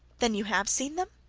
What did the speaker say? then you have seen them